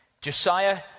Josiah